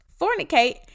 fornicate